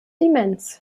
immens